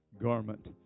garment